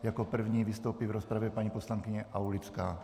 Jako první vystoupí v rozpravě paní poslankyně Aulická.